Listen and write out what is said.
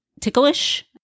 ticklish